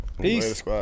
Peace